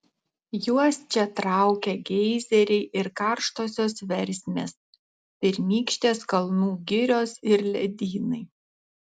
juos čia traukia geizeriai ir karštosios versmės pirmykštės kalnų girios ir ledynai